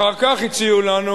אחר כך הציעו לנו